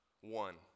One